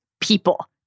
people